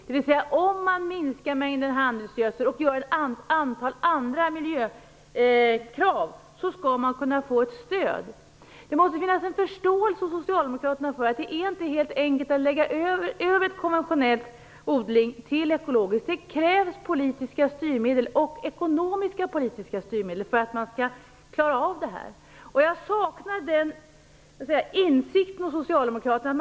Dvs. om man minskar mängden handelsgödsel och uppfyller ett antal andra miljökrav så skall man kunna få ett stöd. Det måste finnas en förståelse hos socialdemokraterna för att det inte är helt enkelt att lägga över från konventionell odling till ekologisk. Det krävs politiska och ekonomisk-politiska styrmedel för att man skall klara av det. Jag saknar den insikten hos socialdemokraterna.